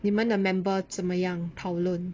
你们的 member 怎么样讨论